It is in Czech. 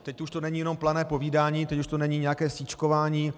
Teď už to není jenom plané povídání, teď už to není nějaké sýčkování.